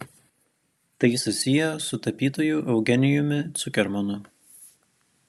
tai susiję su tapytoju eugenijumi cukermanu